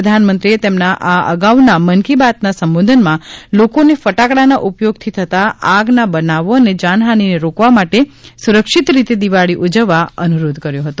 પ્રધાનમંત્રીએ તેમના આ અગાઉના મન કી બાતના સંબોધનમાં લોકોને ફટાકડાના ઉપયોગથી થતાં આગના બનાવો અને જાનહાનીને રોકવા માટે સુરક્ષિત રીતે દિવાળી ઉજવવા અનુરોધ કર્યો હતો